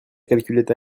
calculette